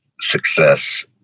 success